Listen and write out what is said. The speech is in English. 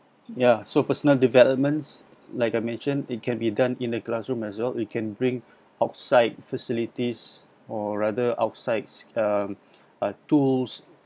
ya so personal developments like I mentioned it can be done in the classroom as well it can bring outside facilities or rather outsides um uh tools